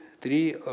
three